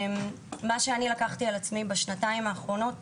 בשנתיים האחרונות